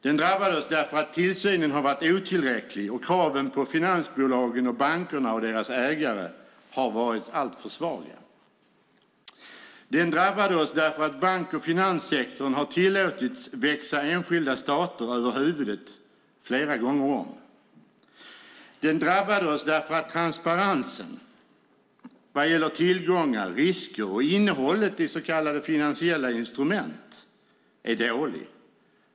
Den drabbade oss därför att tillsynen har varit otillräcklig och kraven på finansbolagen, bankerna och deras ägare har varit alltför svaga. Den drabbade oss därför att bank och finanssektorn har tillåtits växa enskilda stater över huvudet flera gånger om. Den drabbade oss därför att transparensen vad gäller tillgångar, risker och innehållet i så kallade finansiella instrument är dålig.